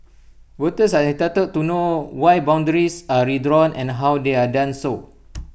voters are entitled to know why boundaries are redrawn and how they are done so